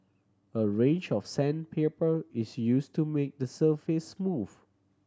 a range of sandpaper is use to make the surface smooth